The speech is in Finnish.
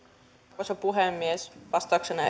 arvoisa puhemies vastauksena